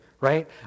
right